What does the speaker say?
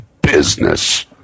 business